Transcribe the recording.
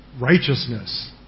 righteousness